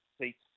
seats